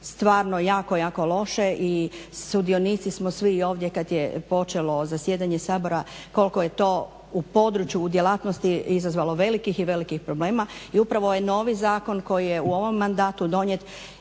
stvarno jako, jako loše i sudionici smo svi ovdje kada je počelo zasjedanje Sabora koliko je to u području u djelatnosti izazvalo velikih i velikih problema. I upravo je novi zakon koji je u ovom mandatu donijet